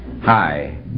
Hi